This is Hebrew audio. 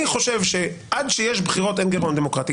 אני חושב שעד שיש בחירות, אין גירעון דמוקרטי.